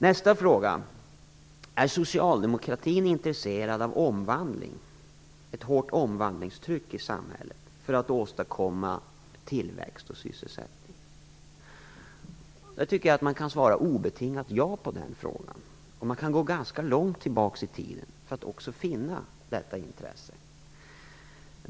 Nästa fråga var om socialdemokratin är intresserad av omvandling, ett hårt omvandlingstryck i samhället, för att åstadkomma tillväxt och sysselsättning. Jag tycker att man kan svara ett obetingat ja på den frågan. Man kan gå ganska långt tillbaka i tiden för att också finna detta intresse.